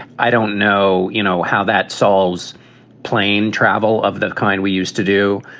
i don't know, you know, how that solves plane travel of the kind we used to do.